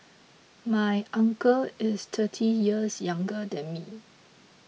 my uncle is thirty years younger than me